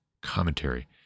Commentary